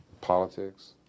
politics